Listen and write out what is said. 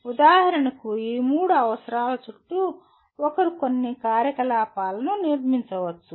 ఉదాహరణకు ఈ మూడు అవసరాల చుట్టూ ఒకరు కొన్ని కార్యకలాపాలను నిర్మించవచ్చు